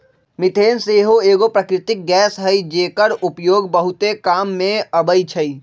methane सेहो एगो प्राकृतिक गैस हई जेकर उपयोग बहुते काम मे अबइ छइ